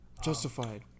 Justified